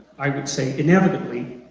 i would say inevitably